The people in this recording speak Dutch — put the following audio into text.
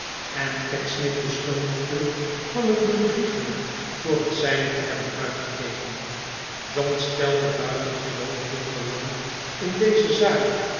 en pecksniff beschuldigde van het bedrieglijk voor het zijne te hebben uitgegeven john stelde buitengewoon veel belang in deze zaak